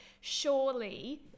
surely